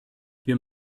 wir